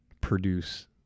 produce